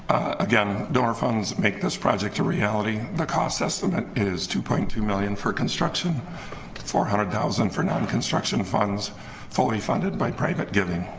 again door phones make this project a reality the cost estimate is two point two million for construction four hundred thousand for nine construction funds fully funded by private giving